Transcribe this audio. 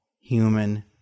human